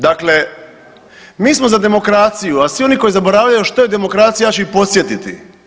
Dakle, mi smo za demokraciju, a svi oni koji zaboravljaju što je demokracija ja ću ih podsjetiti.